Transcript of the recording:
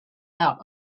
out